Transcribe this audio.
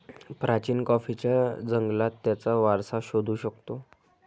प्राचीन कॉफीच्या जंगलात त्याचा वारसा शोधू शकतो